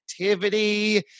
activity